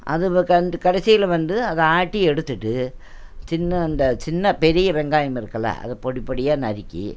அது வ கண்டு கடைசியில் வந்து அதை ஆட்டி எடுத்துட்டு சின்ன அந்த சின்ன பெரிய வெங்காயம் இருக்கில்ல அதை பொடிப்பொடியாக நறுக்கி